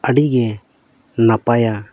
ᱟᱹᱰᱤᱜᱮ ᱱᱟᱯᱟᱭᱟ